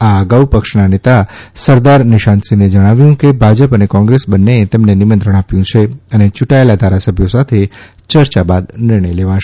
આ અગાઉ પક્ષના નેતા સરદાર નિશાંતસિંહે જણાવ્યું કે ભાજપ અને કોંગ્રેસ બંનેએ તેમને નિમંત્રણ આપ્યું છે અને યૂંટાયેલા ધારાસભ્યો સાથે ચર્ચા બાદ નિર્ણય લેવાશે